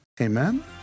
Amen